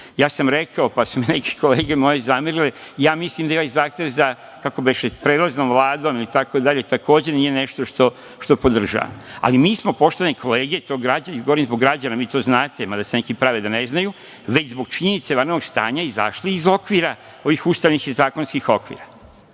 Ja sam rekao, pa su mi neke kolege zamerile. Mislim da je ovaj zahtev za, kako beše, prelaznom Vlado itd. nije nešto što podržavam. Mi smo, poštovane kolege, to govorim zbog građana, vi to znate, mada se neki prave da ne znaju, već zbog činjenice vanrednog stanja, izašli iz okvira, ovih ustavnih i zakonskih okvira.